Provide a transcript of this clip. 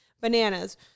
Bananas